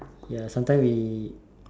ya sometimes we